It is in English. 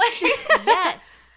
Yes